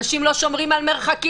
אנשים לא שומרים על מרחקים,